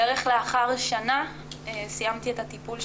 בערך לאחר שנה סיימתי את הטיפול,